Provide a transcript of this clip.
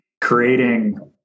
creating